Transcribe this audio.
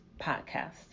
podcast